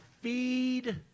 feed